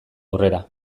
aurrera